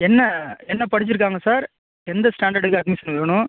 என்ன என்ன படிச்சுருக்காங்க சார் எந்த ஸ்டாண்டர்டுக்கு அட்மிஷன் வேணும்